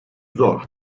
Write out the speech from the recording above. zor